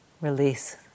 release